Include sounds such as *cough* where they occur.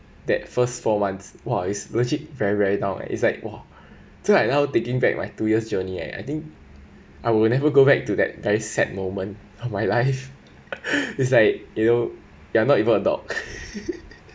that first four months !wah! it's legit very dull eh it's like !wah! so I now thinking back my two years journey I I think I will never go back to that very sad moment of my life *laughs* it's like you know we are not even a dog